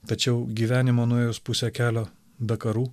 tačiau gyvenimo nuėjus pusę kelio be karų